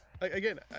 Again